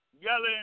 yelling